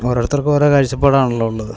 ഓരോരുത്തർക്കും ഓരോ കാഴ്ച്ചപ്പാടാണല്ലോ ഉള്ളത്